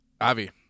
Avi